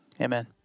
Amen